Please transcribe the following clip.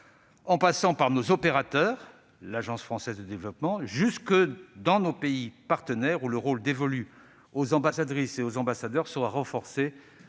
en passant par nos opérateurs, notamment l'Agence française de développement, jusque dans nos pays partenaires où le rôle dévolu aux ambassadrices et aux ambassadeurs sera renforcé